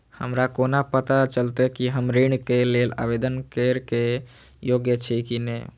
हमरा कोना पताा चलते कि हम ऋण के लेल आवेदन करे के योग्य छी की ने?